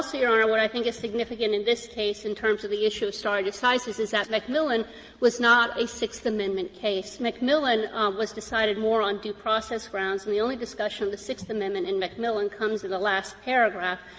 yeah yeah what i think is significant in this case in terms of the issue of stare decisis is that mcmillan was not a sixth amendment case. mcmillan was decided more on due process grounds. and the only discussion of the sixth amendment in mcmillan comes in the last paragraph,